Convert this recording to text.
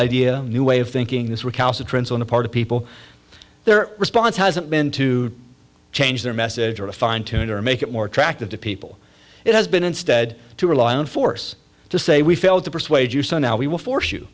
idea new way of thinking this recalcitrance on the part of people their response hasn't been to change their message or to fine tune or make it more attractive to people it has been instead to rely on force to say we failed to persuade you so now we will force you